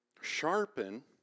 sharpen